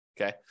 Okay